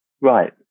Right